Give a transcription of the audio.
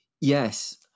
Yes